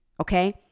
okay